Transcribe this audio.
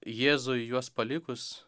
jėzui juos palikus